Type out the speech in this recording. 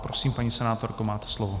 Prosím, paní senátorko, máte slovo.